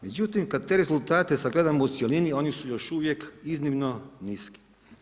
Međutim, kad te rezultate sagledamo u cjelini, oni su još uvijek iznimno nisko.